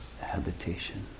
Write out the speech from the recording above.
habitation